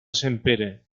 sempere